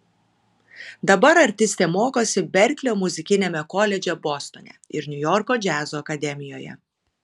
dabar artistė mokosi berklio muzikiniame koledže bostone ir niujorko džiazo akademijoje